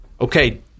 okay